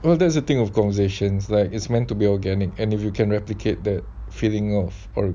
well that's the thing of conversations lag is meant to be organic and if you can replicate that feeling of or